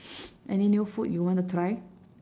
any new food you want to try